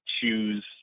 choose